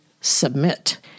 submit